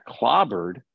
clobbered